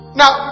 now